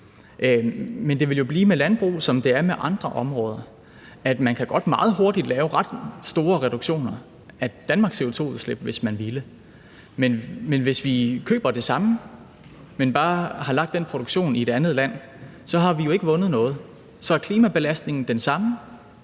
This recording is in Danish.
men det vil jo blive med landbruget, som det er med andre områder, altså at man godt meget hurtigt kan lave ret store reduktioner af Danmarks CO2-udslip, hvis man ville, men hvis vi køber det samme, men bare har lagt den produktion i et andet land, så har vi jo ikke vundet noget. Så er klimabelastningen den samme.